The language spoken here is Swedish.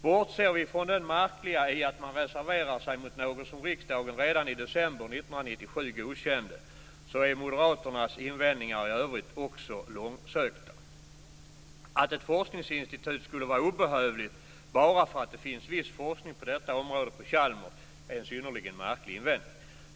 Bortser vi från det märkliga i att man reserverar sig mot något som riksdagen redan i december 1997 godkände är moderaternas invändningar i övrigt också långsökta. Att ett forskningsinstitut skulle vara obehövligt bara därför att det finns viss forskning på detta område på Chalmers är en synnerligen märklig invändning.